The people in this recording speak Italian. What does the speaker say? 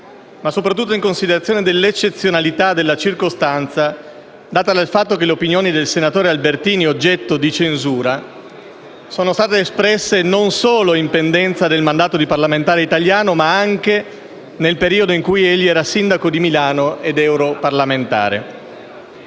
soprattutto in considerazione dell'eccezionalità della circostanza, data dal fatto che le opinioni del senatore Albertini oggetto di censura sono state espresse «non solo in pendenza del mandato di parlamentare italiano», ma anche nel periodo in cui egli era sindaco di Milano ed europarlamentare.